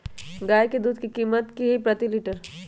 गाय के दूध के कीमत की हई प्रति लिटर?